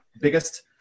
biggest